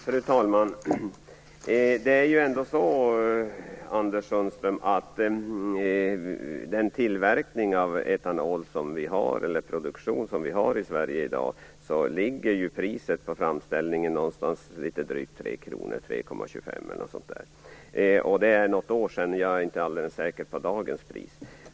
Fru talman! Priset på den framställning av etanol som vi har i Sverige i dag ligger på litet drygt 3 3,25 kr, Anders Sundström. Så var det för något år sedan. Jag är inte alldeles säker på dagens pris.